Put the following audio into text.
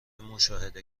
مشاهده